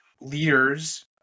Leaders